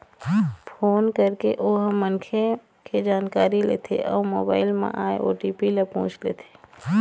phone करके ओ ह मनखे के जानकारी लेथे अउ मोबाईल म आए ओ.टी.पी ल पूछ लेथे